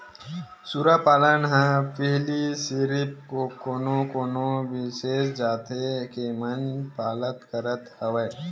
सूरा पालन ल पहिली सिरिफ कोनो कोनो बिसेस जात के मन पालत करत हवय